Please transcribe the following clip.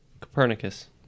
Copernicus